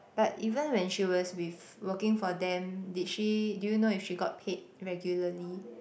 but even when she was with working for them did she do you know if she got paid regularly